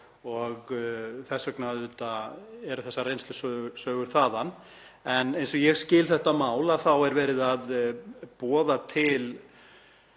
og þess vegna eru þessar reynslusögur þaðan. Eins og ég skil þetta mál er verið að boða til